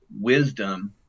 wisdom